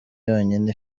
yonyine